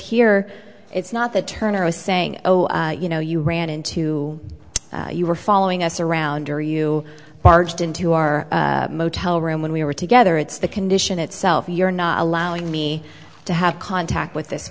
here it's not that turner is saying oh you know you ran into you were following us around or you barged into our motel room when we were together it's the condition itself you're not allowing me to have contact with this